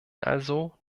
also